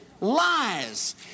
Lies